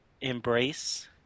embrace